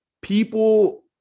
People